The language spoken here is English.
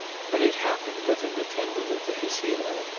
and it happened that an attendant at the casino,